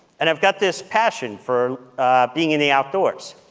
and i've got this passion for being in the outdoors.